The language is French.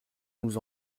nous